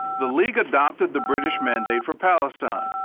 the league adopted the british mandate for palestine,